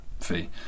fee